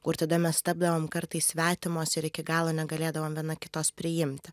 kur tada mes tapdavom kartais svetimos ir iki galo negalėdavom viena kitos priimti